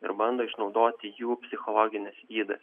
ir bando išnaudoti jų psichologines įdas